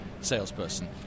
salesperson